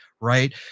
Right